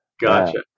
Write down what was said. Gotcha